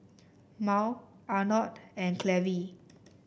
Mal Arnold and Cleve